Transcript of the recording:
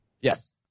Yes